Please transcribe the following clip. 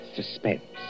Suspense